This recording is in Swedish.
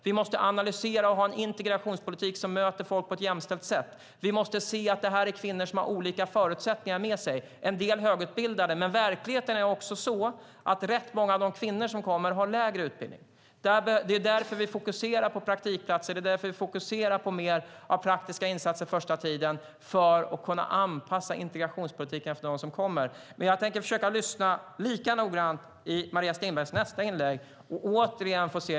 Vi måste analysera och ha en integrationspolitik som möter folk på ett jämställt sätt. Vi måste se att detta är kvinnor som har olika förutsättningar med sig. En del är högutbildade, men verkligheten är också den att rätt många av de kvinnor som kommer har lägre utbildning. Det är därför vi fokuserar på praktikplatser och mer praktiska insatser den första tiden för att kunna anpassa integrationspolitiken efter dem som kommer. Jag tänker försöka lyssna lika noggrant på Maria Stenbergs nästa inlägg.